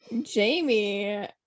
Jamie